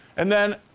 and then,